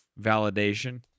validation